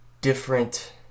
different